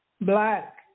Black